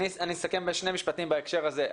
אני אסכם בשני משפטים בהקשר הזה.